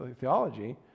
theology